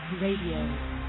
Radio